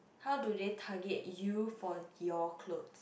how do they target you for your clothes